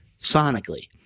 sonically